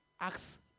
ask